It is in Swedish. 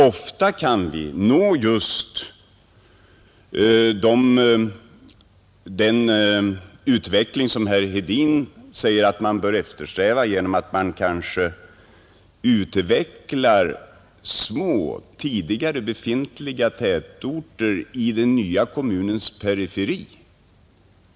Ofta kan vi åstadkomma just den utveckling som herr Hedin säger att man bör eftersträva genom att man kanske utvecklar små, tidigare befintliga tätorter i den nya kommunens periferi.